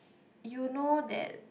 you know that